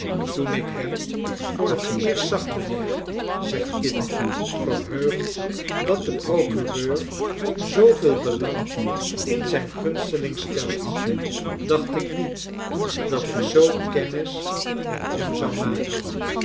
toen ik hem voor het eerst zag mijnheer zegt kit verheugd dat de procureur zooveel belang in zijn gunsteling stelt dacht ik niet dat ik zoo kennis met hem zou maken